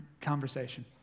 conversation